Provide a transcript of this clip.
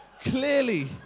Clearly